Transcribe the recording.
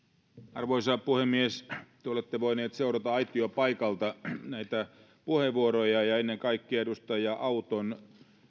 arvoisa puhemies te olette voineet seurata aitiopaikalta näitä puheenvuoroja ja ennen kaikkea edustaja auton